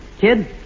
Kid